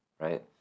right